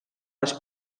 les